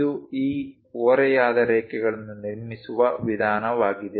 ಇದು ಈ ಓರೆಯಾದ ರೇಖೆಗಳನ್ನು ನಿರ್ಮಿಸುವ ವಿಧಾನವಾಗಿದೆ